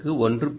உங்களுக்கு 1